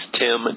Tim